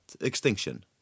extinction